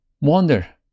Wonder